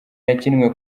yakinwe